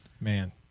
Man